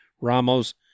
Ramos